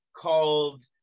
called